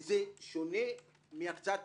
זה שונה מהקצאת תקציבים.